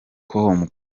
com